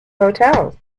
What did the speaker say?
hotels